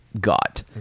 got